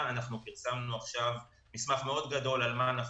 פרסמנו עכשיו מסמך מאוד גדול על מה נחוץ,